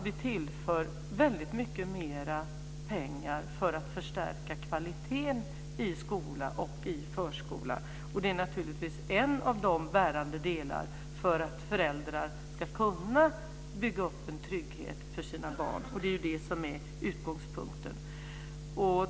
Vi tillför också väldigt mycket mer pengar för att förstärka kvaliteten i skola och i förskola, och det är naturligtvis en av de bärande delarna för att föräldrar ska kunna bygga upp en trygghet för sina barn. Det är det som är utgångspunkten.